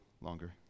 longer